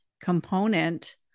component